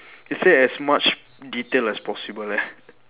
it say as much detail as possible leh